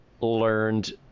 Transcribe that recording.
learned